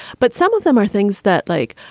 but some of them are things that like.